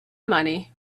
money